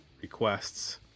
requests